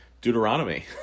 Deuteronomy